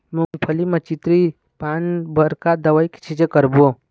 मूंगफली म चितरी पान बर का दवई के छींचे करबो?